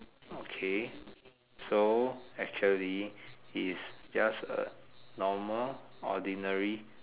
okay so actually he's just a normal ordinary